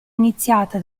iniziata